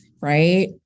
right